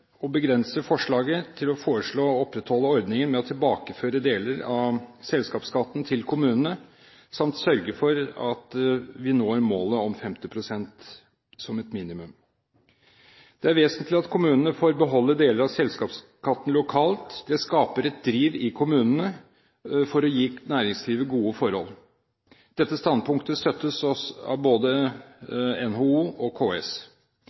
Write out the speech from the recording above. og begrense forslaget til å foreslå å opprettholde ordningen med å tilbakeføre deler av selskapsskatten til kommunene, samt sørge for at vi når målet om 50 pst. som et minimum. Det er vesentlig at kommunene får beholde deler av selskapsskatten lokalt. Det skaper et driv i kommunene for å gi næringslivet gode forhold. Dette standpunktet støttes av både NHO og KS.